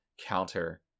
counter